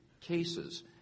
cases